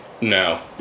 No